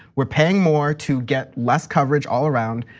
we're paying more to get less coverage all around.